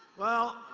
well,